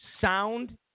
sound